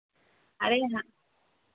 अरे हाँ